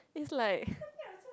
is like